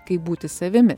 kaip būti savimi